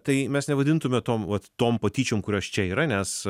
tai mes nevadintume tom vat tom patyčiom kurios čia yra nes